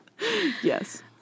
Yes